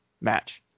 match